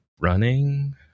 running